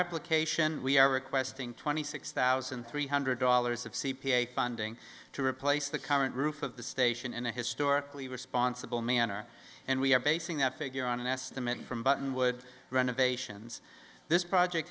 we are requesting twenty six thousand three hundred dollars of c p a funding to replace the current roof of the station and a historically responsible manner and we are basing that figure on an estimate from buttonwood renovations this project